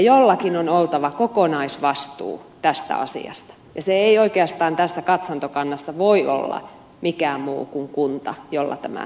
jollakin on oltava kokonaisvastuu tästä asiasta ja se ei oikeastaan tässä katsantokannassa voi olla mikään muu kuin kunta jolla tämä kokonaisvastuu on